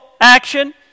action